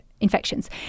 infections